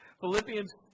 Philippians